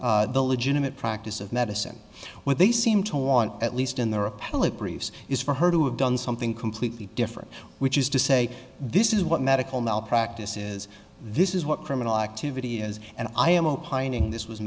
the legitimate practice of medicine where they seem to want at least in their appellate briefs is for her to have done something completely different which is to say this is what medical malpractise is this is what criminal activity is and i am opining this was